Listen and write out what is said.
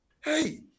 Hey